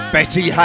Betty